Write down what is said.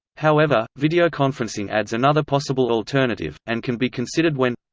however, videoconferencing adds another possible alternative, and can be considered when